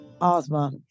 Ozma